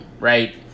right